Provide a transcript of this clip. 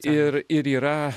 ir ir yra